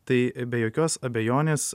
tai be jokios abejonės